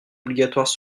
obligatoires